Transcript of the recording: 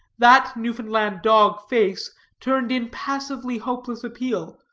that newfoundland-dog face turned in passively hopeless appeal,